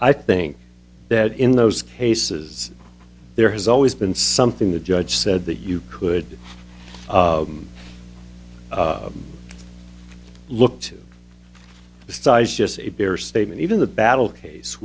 i think that in those cases there has always been something the judge said that you could look to the size just a bare statement even the battle case